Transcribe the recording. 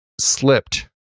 slipped